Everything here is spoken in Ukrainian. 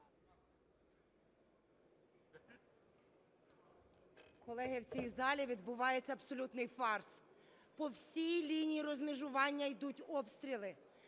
Колеги, в цій залі відбувається абсолютний фарс. По всій лінії розмежування йдуть обстріли.